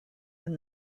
and